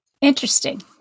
Interesting